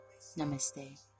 Namaste